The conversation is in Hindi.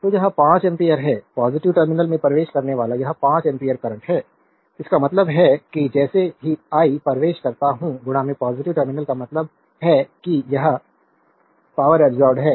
तो यह 5 एम्पीयर है पॉजिटिव टर्मिनल में प्रवेश करने वाला यह 5 एम्पीयर करंट है इसका मतलब है कि जैसे ही आई प्रवेश करता हूं पॉजिटिव टर्मिनल का मतलब है कि यह पावरअब्सोर्बेद है